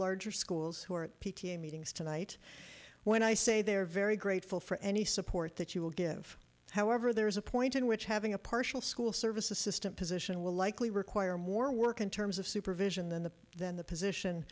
larger schools who are p t a meetings tonight when i say they're very grateful for any support that you will give however there is a point in which having a partial school service assistant position will likely require more work in terms of supervision than the than the position